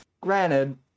granted